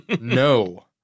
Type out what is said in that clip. no